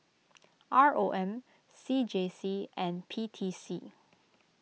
R O M C J C and P T C